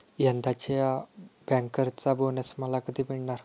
यंदाच्या बँकर्सचा बोनस मला कधी मिळणार?